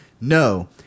No